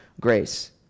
grace